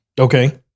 Okay